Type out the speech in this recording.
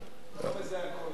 אתה לא מזהה הכול ראשון.